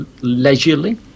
leisurely